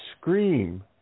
scream